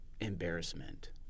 embarrassment